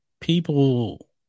people